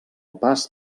pas